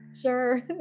Sure